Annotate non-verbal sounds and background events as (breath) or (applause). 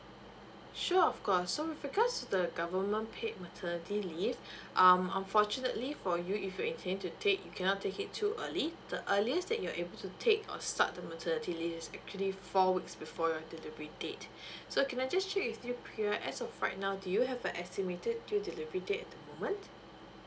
sure of course so with regards to the government paid maternity leave (breath) um unfortunately for you if you intending to take you cannot take it too early the earliest that you're able to take or start the maternity leave is actually four weeks before your delivery date (breath) so can I just check with you pria as of right now do you have a estimated due delivery date at the moment